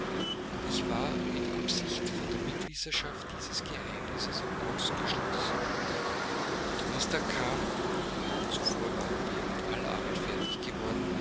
und ich war mit absicht von der mitwissenschaft dieses geheimnisses ausgeschlossen der donnerstag kam am abend zuvor waren wir mit aller arbeit fertig geworden